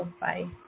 Bye